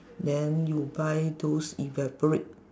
then you buy those evaporate